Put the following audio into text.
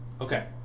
Okay